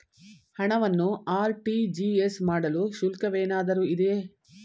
ಹಣವನ್ನು ಆರ್.ಟಿ.ಜಿ.ಎಸ್ ಮಾಡಲು ಶುಲ್ಕವೇನಾದರೂ ಇದೆಯೇ?